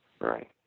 Right